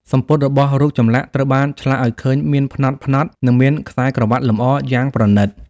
សំពត់របស់រូបចម្លាក់ត្រូវបានឆ្លាក់ឱ្យឃើញមានផ្នត់ៗ និងមានខ្សែក្រវាត់លម្អយ៉ាងប្រណីត។